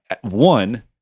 one